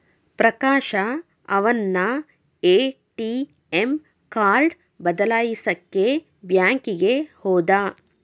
ಪ್ರಕಾಶ ಅವನ್ನ ATM card ಬದಲಾಯಿಸಕ್ಕೇ ಬ್ಯಾಂಕಿಗೆ ಹೋದ